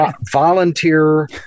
volunteer